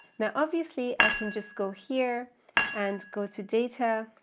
now obviously i can just go here and go to data,